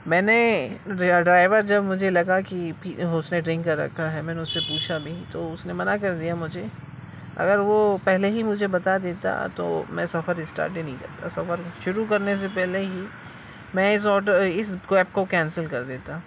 میں نے ڈرا ڈرائیور جب مجھے لگا کہ وہ سیٹنگ کر رکھا ہے میں نے اس سے پوچھا بھی تو اس نے منع کر دیا مجھے اگر وہ پہلے ہی مجھے بتا دیتا تو میں سفر اسٹارٹ ہی نہیں کرتا سفر شروع کرنے سے پہلے ہی میں اس آٹو اس کیب کو کینسل کر دیتا